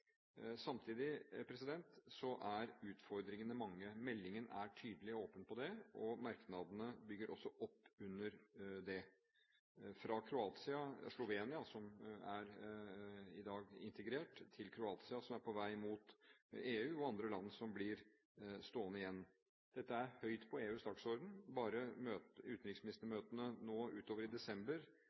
Samtidig er utfordringene mange – meldingen er tydelig og åpen på det, og merknadene bygger også opp under det – fra Slovenia, som i dag er integrert, til Kroatia, som er på vei mot EU, og andre land som blir stående igjen. Dette er høyt på EUs dagsorden. Utenriksministermøtene nå utover i desember